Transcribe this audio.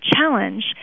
challenge